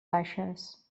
baixes